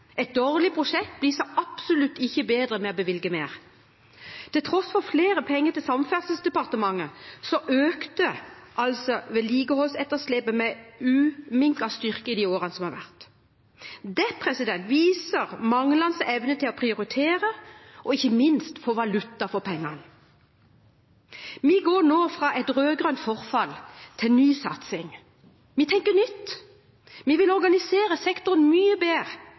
Et dårlig prosjekt blir så absolutt ikke bedre ved å bevilge mer. Til tross for mer penger til Samferdselsdepartementet har vedlikeholdsetterslepet økt med uminket styrke i de årene som har vært. Det viser manglende evne til å prioritere og ikke minst få valuta for pengene. Vi går nå fra et rød-grønt forfall til ny satsing. Vi tenker nytt. Vi vil organisere sektoren mye bedre,